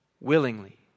willingly